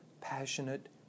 passionate